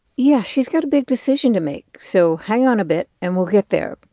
yeah, she's got a big decision to make. so hang on a bit, and we'll get there.